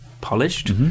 polished